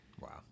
Wow